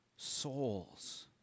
souls